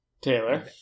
Taylor